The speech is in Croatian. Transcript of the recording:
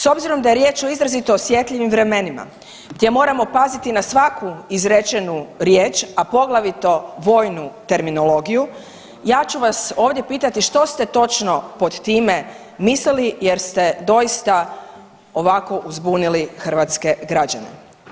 S obzirom da je riječ o izrazito osjetljivim vremenima gdje moramo paziti na svaku izrečenu riječ, a poglavito vojnu terminologiju ja ću vas ovdje pitati što ste točno pod time mislili jer ste doista ovako uzbunili hrvatske građane.